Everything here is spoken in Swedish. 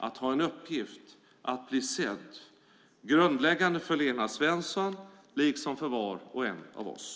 Att ha en uppgift, att bli sedd - grundläggande för Lena Svensson liksom för var och en av oss.